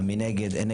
הצבעה אושר.